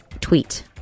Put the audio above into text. tweet